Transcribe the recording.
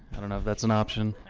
i don't know if that's an option,